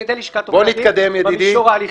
על ידי לשכת עורכי הדין במישור ההליכי.